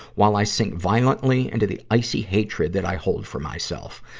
while i sink violently into the icy hatred that i hold for myself.